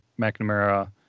McNamara